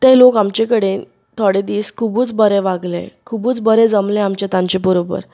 ते लोक आमचे कडेन थोडे दीस खुबच बरे वागले खुबच बरें जमलें आमचें तांचे बरोबर